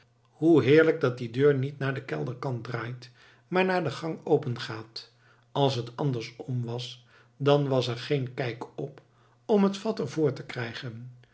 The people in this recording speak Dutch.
hoe heerlijk dat die deur niet naar den kelderkant draait maar naar de gang opengaat als het andersom was dan was er geen kijk op om het vat er voor te krijgen